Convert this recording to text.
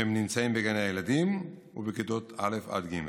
שנמצאים בגני הילדים ובכיתות א' עד ג'.